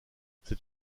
c’est